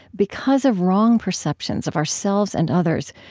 because of wrong perceptions of ourselves and others,